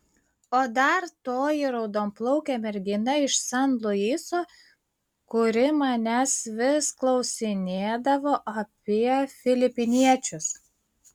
o dar toji raudonplaukė mergina iš san luiso kuri manęs vis klausinėdavo apie filipiniečius